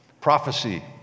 prophecy